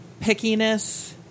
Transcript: pickiness